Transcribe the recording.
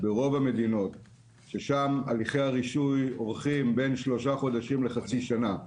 וברוב המדינות ששם הליכי הרישוי אורכים בין שלושה חודשים לחצי שנה,